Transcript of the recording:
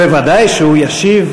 ודאי שהוא ישיב.